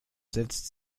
setzt